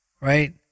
right